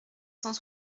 cent